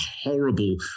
horrible